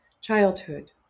childhood